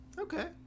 okay